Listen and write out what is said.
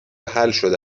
حلشده